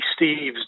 steves